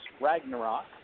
Ragnarok